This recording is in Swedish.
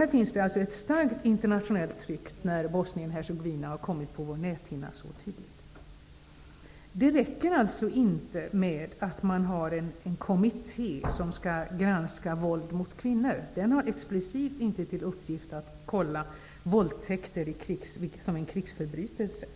Det finns, nu när Bosnien-Hercegovina har fastnat så tydligt på vår näthinna, ett starkt internationellt tryck. Det räcker alltså inte med att man tillsätter en kommitté som skall granska våld mot kvinnor. Den har inte explicit till uppgift att kontrollera om våldtäkter är krigsförbrytelser.